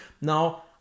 Now